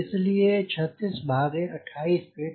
इस लिए 36 भागे 28 फ़ीट